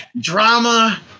drama